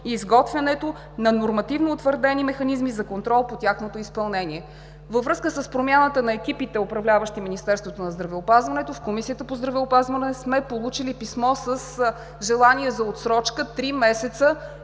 изготвянето на нормативно утвърдени механизми за контрол по тяхното изпълнение. Във връзка с промяната на екипите, управляващи Министерството на здравеопазването, в Комисията по здравеопазване сме получили писмо с желание за отсрочка три месеца